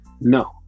no